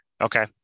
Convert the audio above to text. Okay